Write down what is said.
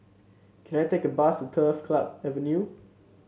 can I take a bus Turf Club Avenue